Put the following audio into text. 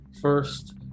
first